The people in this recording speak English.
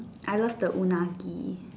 I love the unaged